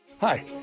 Hi